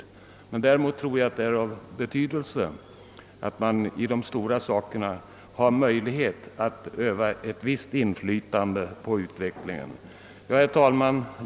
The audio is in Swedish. Jag vill också framhålla att det enligt min uppfattning är av betydelse att staten i de stora frågorna har möjlighet att öva ett visst inflytande på utvecklingen. Herr talman!